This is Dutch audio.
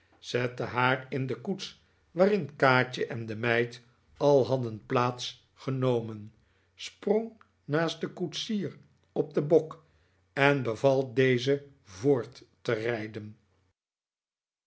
zette haar in de koets waarin kaatje en de meid al hadden plaats genomen sprong naast den koetsier op den bok en beval dezen voort te rijden